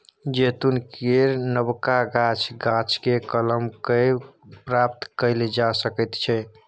जैतून केर नबका गाछ, गाछकेँ कलम कए प्राप्त कएल जा सकैत छै